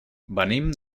venim